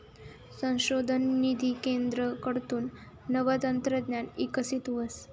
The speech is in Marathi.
संशोधन निधी केंद्रकडथून नवं तंत्रज्ञान इकशीत व्हस